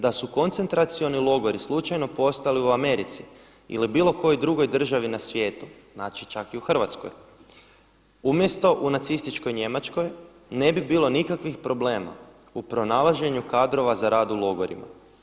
Da su koncentracioni logori slučajno postojali u Americi ili bilo kojoj drugoj državi na svijetu, znači čak i u Hrvatskoj, umjesto u nacističkoj Njemačkoj ne bi bilo nikakvih problema u pronalaženju kadrova za rad u logorima.